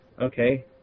Okay